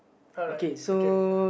alright okay ya